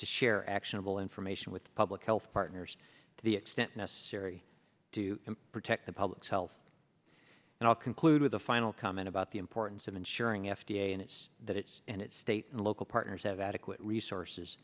actionable information with public health partners to the extent necessary to protect the public's health and i'll conclude with a final comment about the importance of ensuring f d a and its that its and its state and local partners have adequate resources